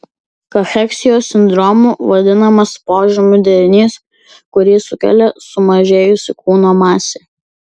kacheksijos sindromu vadinamas požymių derinys kurį sukelia sumažėjusi kūno masė